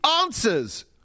answers